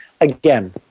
again